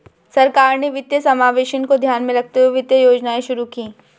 सरकार ने वित्तीय समावेशन को ध्यान में रखते हुए वित्तीय योजनाएं शुरू कीं